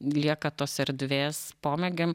lieka tos erdvės pomėgiam